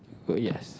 uh yes